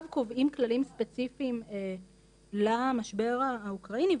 קובעים כללים ספציפיים למשבר האוקראיני,